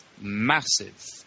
massive